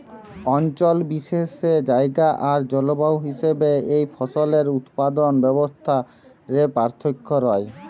অঞ্চল বিশেষে জায়গা আর জলবায়ু হিসাবে একই ফসলের উৎপাদন ব্যবস্থা রে পার্থক্য রয়